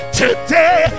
today